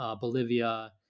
Bolivia